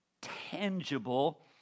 tangible